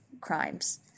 crimes